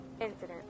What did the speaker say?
incident